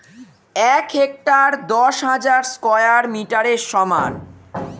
এক হেক্টার দশ হাজার স্কয়ার মিটারের সমান